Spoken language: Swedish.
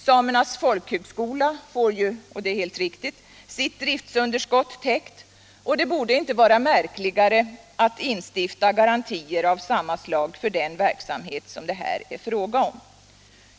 Samernas folkhögskola får — och det är helt riktigt — sitt driftunderskott täckt, och det borde inte vara märkligare att instifta garantier av samma slag för den verksamhet det här är fråga om.